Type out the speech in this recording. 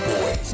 Boys